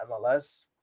MLS